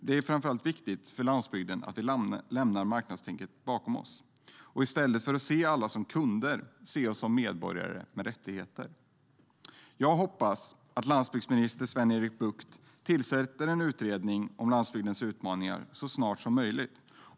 Det är framför allt viktigt för landsbygden att vi lämnar marknadstänket bakom oss och i stället för att se alla som kunder se oss som medborgare med rättigheter. Jag hoppas att landsbygdsminister Sven-Erik Bucht tillsätter en utredning om landsbygdens utmaningar så snart som möjligt.